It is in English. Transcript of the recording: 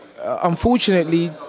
unfortunately